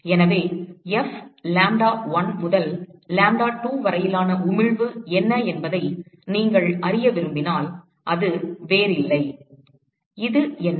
எனவே F lambda1 முதல் lambda2 வரையிலான உமிழ்வு என்ன என்பதை நீங்கள் அறிய விரும்பினால் அது வேறில்லை இது என்ன